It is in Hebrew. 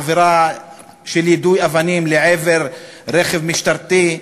עבירה של יידוי אבנים לעבר רכב משטרתי,